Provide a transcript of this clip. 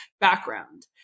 background